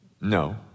No